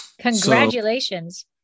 Congratulations